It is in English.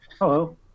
Hello